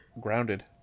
Grounded